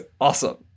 awesome